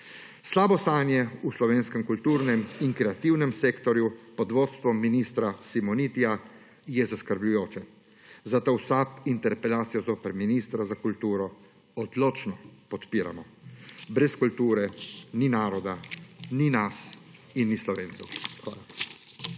Slabo stanje v slovenskem kulturnem in kreativnem sektorju pod vodstvom ministra Simonitija je zaskrbljujoče, zato v SAB interpelacijo zoper ministra za kulturo odločno podpiramo. Brez kulture ni naroda, ni nas in ni Slovencev. Hvala.